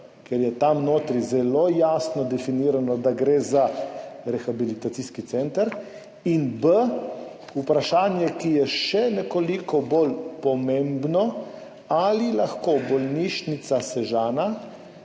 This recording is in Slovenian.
ker je tam notri zelo jasno definirano, da gre za rehabilitacijski center, in b) vprašanje, ki je še nekoliko bolj pomembno, ali lahko bolnišnica Sežana